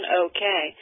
okay